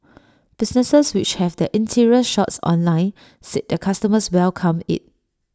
businesses which have their interior shots online said their customers welcome IT